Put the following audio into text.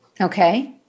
Okay